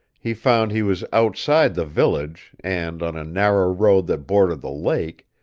he found he was outside the village and on a narrow road that bordered the lake,